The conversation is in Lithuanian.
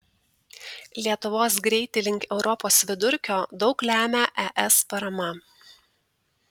lietuvos greitį link europos vidurkio daug lemia es parama